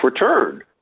return